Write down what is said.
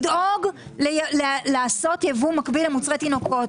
יש המון רעיונות איך אנחנו יכולים להוזיל את יוקר המחיה ואתה יודע מה?